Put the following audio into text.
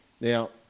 Now